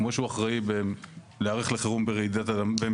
כמו שהוא אחראי להיערך לחירום במלחמה,